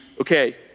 okay